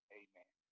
amen